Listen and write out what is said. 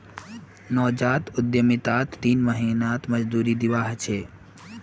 नवजात उद्यमितात तीन महीनात मजदूरी दीवा ह छे